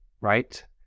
right